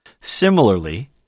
Similarly